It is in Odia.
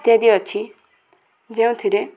ଇତ୍ୟାଦି ଅଛି ଯେଉଁଥିରେ